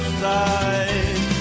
side